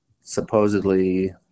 Supposedly